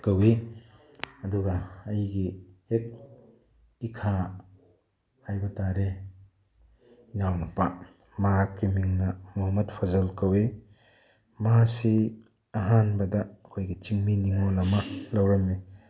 ꯀꯧꯏ ꯑꯗꯨꯒ ꯑꯩꯒꯤ ꯍꯦꯛ ꯏꯈꯥ ꯍꯥꯏꯕꯇꯥꯔꯦ ꯏꯅꯥꯎ ꯅꯨꯄꯥ ꯃꯍꯥꯛꯀꯤ ꯃꯤꯡꯅ ꯃꯣꯍꯃꯠ ꯐꯖꯦꯜ ꯀꯧꯏ ꯃꯥꯁꯤ ꯑꯍꯥꯟꯕꯗ ꯑꯩꯈꯣꯏꯒꯤ ꯆꯤꯡꯃꯤ ꯅꯤꯡꯉꯣꯜ ꯑꯃ ꯂꯧꯔꯝꯃꯤ